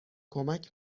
کمک